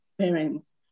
parents